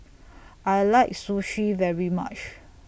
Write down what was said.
I like Sushi very much